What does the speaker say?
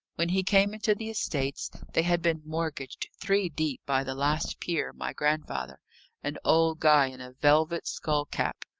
when he came into the estates, they had been mortgaged three deep by the last peer, my grandfather an old guy in a velvet skull-cap,